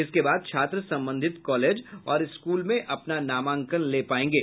इसके बाद छात्र सम्बंधित कॉलेज और स्कूल में अपना नामांकन ले पायेंगे